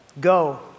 go